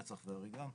רצח והריגה.